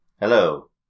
Hello